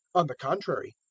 on the contrary,